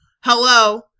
Hello